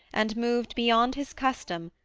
and moved beyond his custom,